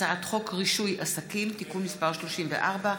הצעת חוק רישוי עסקים (תיקון מס' 34),